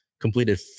completed